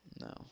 No